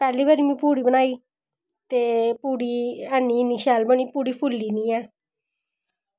पैह्ले बारी में पूड़ी बनाई ते पूड़ी ऐ निं इन्नी शैल बनी पूड़ी फुल्ली निं ऐ